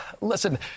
Listen